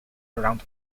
around